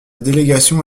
délégation